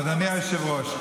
אדוני היושב-ראש,